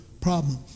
problem